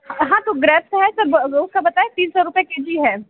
हाँ तो ग्रेप्स तो है सर वह उसका बताए तीन सौ रुपये के जी है